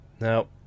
Now